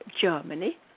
Germany